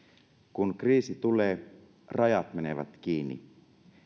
kun kriisi tulee rajat menevät kiinni